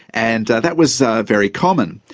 and that was very common.